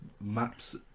Maps